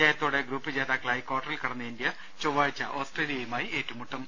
ജയത്തോടെ ഗ്രൂപ്പ് ജേതാക്കളായി കാർട്ടറിൽ കടന്നു ഇന്ത്യ ചൊവ്വാഴ്ച ഓസ്ട്രേലിയയുമായി ഏറ്റുമുട്ടും